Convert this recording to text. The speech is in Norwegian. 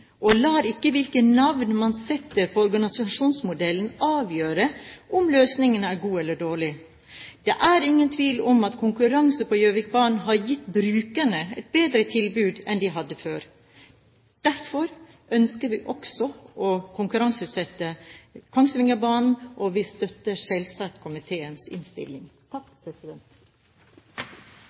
og lar ikke hvilke navn man setter på organisasjonsmodellen, avgjøre om løsningene er gode eller dårlige. Det er ingen tvil om at konkurranse på Gjøvikbanen har gitt brukerne et bedre tilbud enn de hadde før. Derfor ønsker vi også å konkurranseutsette Kongsvingerbanen, og vi støtter selvsagt komiteens innstilling.